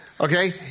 Okay